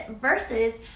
versus